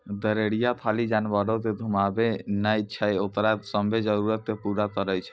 गरेरिया खाली जानवरो के घुमाबै नै छै ओकरो सभ्भे जरुरतो के पूरा करै छै